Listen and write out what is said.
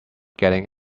getting